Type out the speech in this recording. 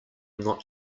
not